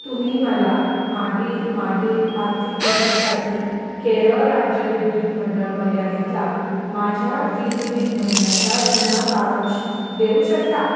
तुम्ही मला मागील मागील आर्थिक वर्षासाठी केरळ राज्य विद्युत मंडळ मर्यादितला माझ्या वीज बिल भरण्याचा जुना सारांश देऊ शकता